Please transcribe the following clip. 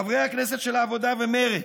חברי הכנסת של העבודה ומרצ,